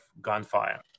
gunfire